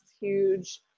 huge